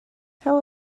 how